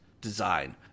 design